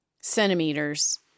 centimeters